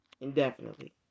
indefinitely